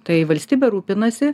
tai valstybė rūpinasi